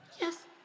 Yes